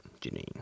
Janine